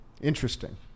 interesting